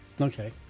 Okay